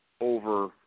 over